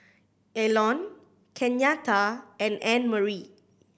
Elon Kenyatta and Annmarie